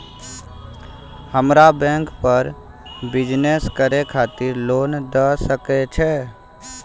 हमरा बैंक बर बिजनेस करे खातिर लोन दय सके छै?